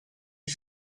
les